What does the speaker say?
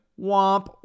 Womp